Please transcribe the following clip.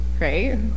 right